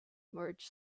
merge